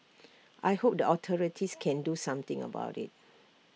I hope the authorities can do something about IT